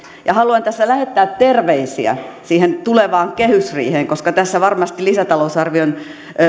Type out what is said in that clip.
haluan tässä lähettää terveisiä siihen tulevaan kehysriiheen koska varmasti tässä lisätalousarvion